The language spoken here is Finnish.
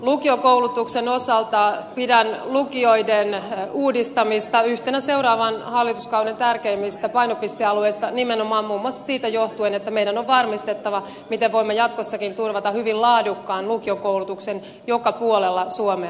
lukiokoulutuksen osalta pidän lukioiden uudistamista yhtenä seuraavan hallituskauden tärkeimmistä painopistealueista muun muassa nimenomaan siitä johtuen että meidän on varmistettava miten voimme jatkossakin turvata hyvin laadukkaan lukiokoulutuksen joka puolella suomea